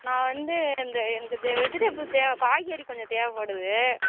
நான் வந்து இந்த எனக்கு இந்த வெஜிடபிள் தேவை காய்கறி கொஞ்சம் தேவைப்படுது